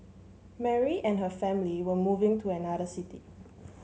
Mary and her family were moving to another city